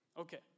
Okay